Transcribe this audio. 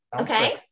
Okay